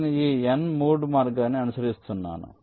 నేను ఈ N3 మార్గాన్ని అనుసరిస్తున్నాను